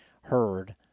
heard